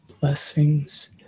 blessings